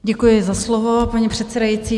Děkuji za slovo, paní předsedající.